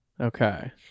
Okay